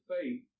faith